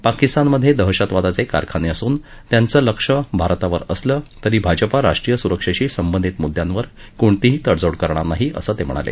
पाकिस्तानमधे दहशतवादाचे कारखाने असून त्यांचं लक्ष्य भारतावर असलं तरी भाजपा राष्ट्रीय सुरक्षेशी संबंधित मुद्यांवर कोणतीही तडजोड करणार नाही असं ते म्हणाले